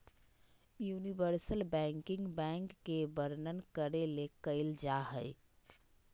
universal banking bank के वर्णन करे ले कइल जा हइ